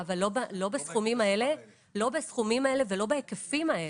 אבל לא בסכומים האלה ולא בהיקפים האלה,